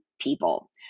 people